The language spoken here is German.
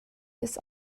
des